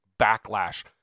backlash